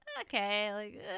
okay